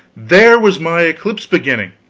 there was my eclipse beginning!